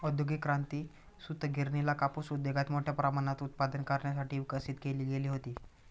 औद्योगिक क्रांती, सूतगिरणीला कापूस उद्योगात मोठ्या प्रमाणात उत्पादन करण्यासाठी विकसित केली गेली होती